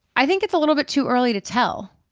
i think it's a little bit too early to tell.